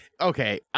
okay